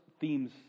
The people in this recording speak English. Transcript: themes